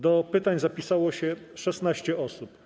Do pytań zapisało się 16 osób.